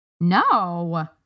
No